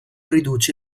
riduce